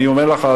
אני אומר לך,